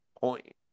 point